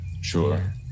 Sure